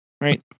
Right